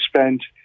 spend